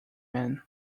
man